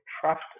trust